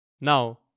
Now